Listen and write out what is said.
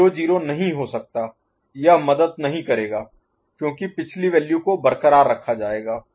0 0 नहीं हो सकता यह मदद नहीं करेगा क्योंकि पिछली वैल्यू को बरक़रार रखा जाएगा